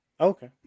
Okay